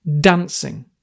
dancing